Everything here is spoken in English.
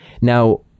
Now